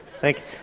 Thank